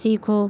सीखो